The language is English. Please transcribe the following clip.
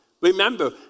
Remember